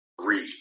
read